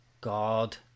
God